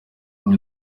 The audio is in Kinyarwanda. iyi